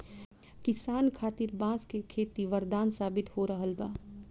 किसान खातिर बांस के खेती वरदान साबित हो रहल बा